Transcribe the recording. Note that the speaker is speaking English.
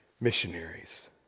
missionaries